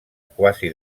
quasi